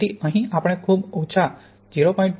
તેથી અહીં આપણે ખૂબ ઓછા 0